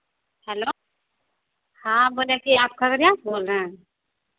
hello हाँ बोले कि आप खगरिया से बोल रहे हैं